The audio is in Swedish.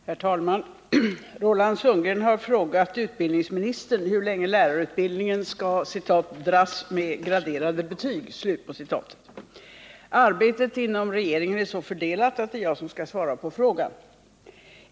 Herr talman! Roland Sundgren har frågat utbildningsministern hur länge lärarutbildningen skall ”dras med graderade betyg”. Arbetet inom regeringen är så fördelat att det är jag som skall svara på frågan.